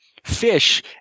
Fish